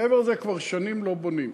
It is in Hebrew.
מעבר לזה, כבר שנים לא בונים.